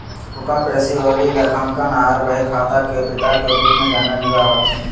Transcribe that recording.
Luca Pacioli लेखांकन आर बहीखाता के पिता के रूप मे जानल जा हथिन